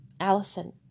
Allison